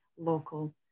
local